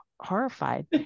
horrified